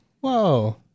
Whoa